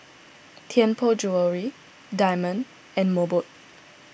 Tianpo Jewellery Diamond and Mobot